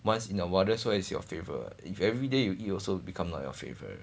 once in a while that's why is your favourite what if everyday you eat also become not your favourite